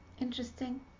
interesting